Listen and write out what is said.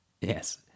yes